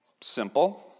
Simple